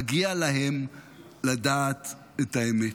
מגיע להם לדעת את האמת.